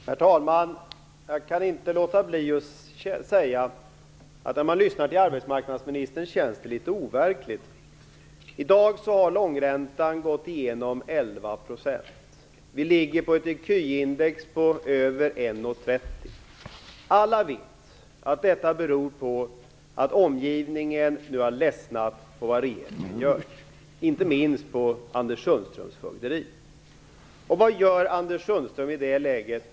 Herr talman! Jag kan inte låta bli att säga att det när jag lyssnar på arbetsmarknadsministern känns litet overkligt. I dag har långräntan överskridit 11 %. Vi ligger på ett ecuindex på över 1,30. Alla vet att detta beror på att omgivningen nu har ledsnat på vad regeringen gör. Inte minst har man tröttnat på Anders Sundströms fögderi. Vad gör Anders Sundström i det läget?